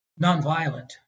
nonviolent